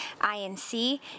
INC